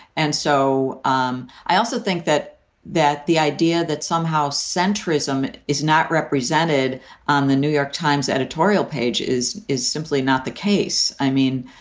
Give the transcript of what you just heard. and so um i also think that that the idea that somehow centrism is not represented on the new york times editorial page is is simply not the case. i mean,